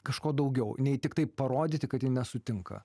kažko daugiau nei tiktai parodyti kad ji nesutinka